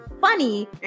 funny